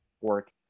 work